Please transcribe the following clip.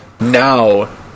now